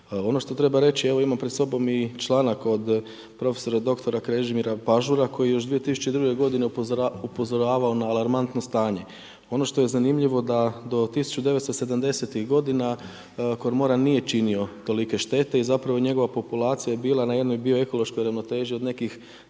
On što treba reći, evo imam pred sobom i članak od prof. dr. Krešimira Pažura, koji je još 2002 god. upozoravao na alarmantne stanje. Ono što je zanimljivo da do 1970-tih godina kormoran nije činio tolike štete i zapravo njegova populacije bila na jednoj bio ekološkoj ravnoteži od nekih